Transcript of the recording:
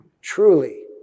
truly